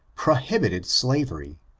prontbitbd slavery.